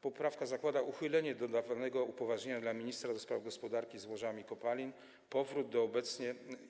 Poprawka zakłada uchylenie dodawanego upoważnienia dla ministra do spraw gospodarki złożami kopalin